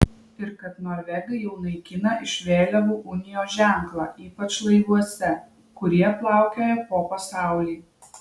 ir kad norvegai jau naikina iš vėliavų unijos ženklą ypač laivuose kurie plaukioja po pasaulį